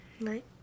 Right